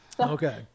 Okay